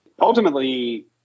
ultimately